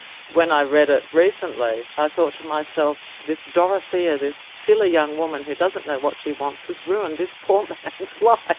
when i read it recently i thought to myself, this dorothea, this silly young woman who doesn't know what she wants, has ruined this poor man's life.